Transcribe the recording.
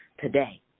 today